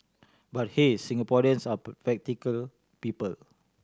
but hey Singaporeans are practical people